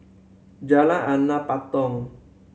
Jalan Anak Patong